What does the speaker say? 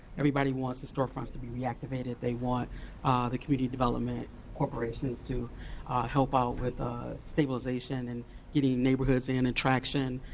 everybody wants the storefronts to be reactivated. they want the community development corporations to help out with stabilization and getting neighborhoods in and traction.